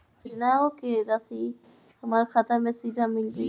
योजनाओं का राशि हमारी खाता मे सीधा मिल जाई?